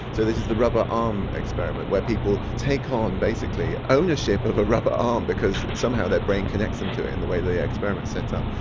so this is the rubber arm experiment, where people take on, basically, ownership of a rubber arm, because somehow their brain connects them to it in the way the yeah experiment's set up.